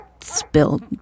spilled